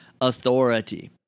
authority